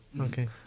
Okay